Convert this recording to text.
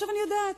אני יודעת,